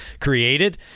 created